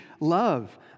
love